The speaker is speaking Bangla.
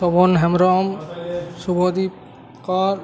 শোভন হ্যামব্রম শুভদীপ কর